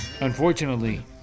Unfortunately